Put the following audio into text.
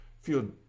feel